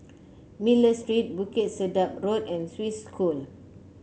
Miller Street Bukit Sedap Road and Swiss School